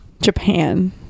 japan